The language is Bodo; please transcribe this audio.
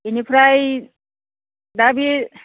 बिनिफ्राय दा बि